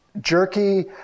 jerky